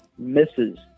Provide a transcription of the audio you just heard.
misses